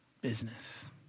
business